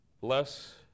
bless